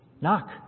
knock